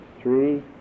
three